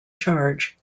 charge